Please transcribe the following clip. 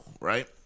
right